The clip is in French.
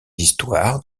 histoires